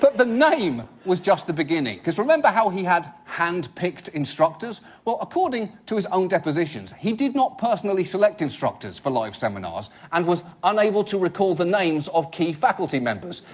but the name was just the beginning, cause remember how he had handpicked instructors? well, according to his own depositions, he did not personally select instructors for live seminars, and was unable to recall the names of key faculty members.